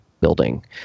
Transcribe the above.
building